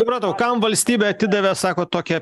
supratau kam valstybė atidavė sakot tokią